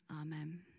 amen